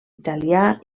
italià